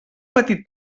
petit